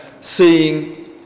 Seeing